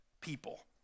people